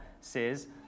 says